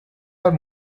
are